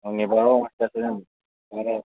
وۄنۍ نِباوَو ؤنۍ چھِ ژےٚ سۭتۍ واریاہ